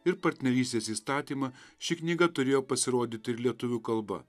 ir partnerystės įstatymą ši knyga turėjo pasirodyti ir lietuvių kalba